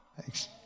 Thanks